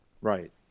Right